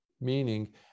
meaning